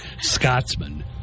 Scotsman